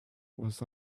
was